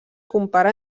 compara